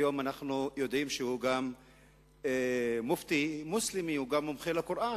היום אנחנו יודעים שהוא גם מופתי מוסלמי וגם מומחה לקוראן.